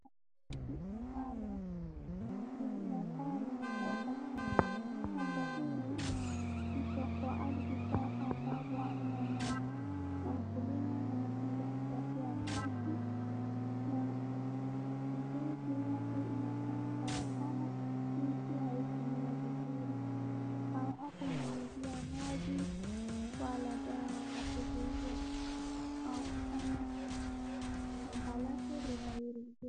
Shamba ambalo limekaa limekauka sana. Shamba hili liko kwa ardhi safi ambayo haina maji na mkulima amekuja kupatia maji na ndizi hapo imekaa mbaya sana jinsi haikumea vizuri, au hakunyunyizia maji wala dawa la kuzuia au kufanya shamba lake linawiri vizuri.